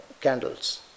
candles